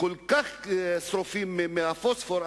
כל כך שרופים מהפוספור,